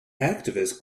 activists